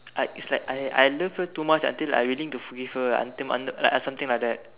I it's like I I love her too much until I willing to forgive her until uh something like that